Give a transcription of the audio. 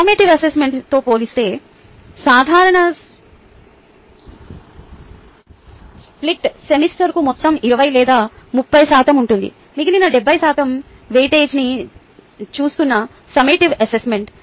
formative అసెస్మెంట్తో పోల్చితే సాధారణ స్ప్లిట్ మొత్తం సెమిస్టర్కు మొత్తం 20 లేదా 30 శాతం ఉంటుందిమిగిలిన 70 శాతం వెయిటేజీని చూస్తున్న సమ్మేటివ్ అసెస్మెంట్